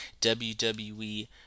WWE